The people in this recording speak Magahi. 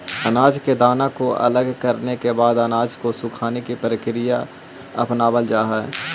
अनाज के दाना को अलग करने के बाद अनाज को सुखाने की प्रक्रिया अपनावल जा हई